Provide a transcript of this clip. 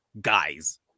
guys